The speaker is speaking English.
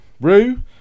Rue